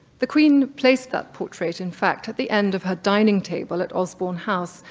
the queen placed that portrait, in fact, at the end of her dining table at osborn house,